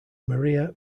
maria